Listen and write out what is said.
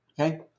Okay